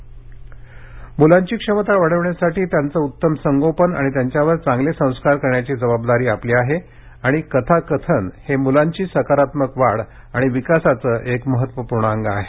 गोष्टींचा शनिवार मूलांची क्षमता वाढविण्यासाठी त्यांचे उत्तम संगोपन आणि त्यांच्यावर चांगले संस्कार करण्याची जबाबदारी आपली आहे आणि कथाकथन हे मुलांची सकारात्मक वाढ आणि विकासाचे एक महत्त्वपूर्ण अंग आहे